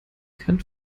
kann